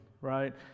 Right